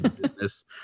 business